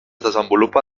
desenvolupa